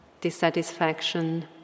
dissatisfaction